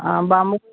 आं बाम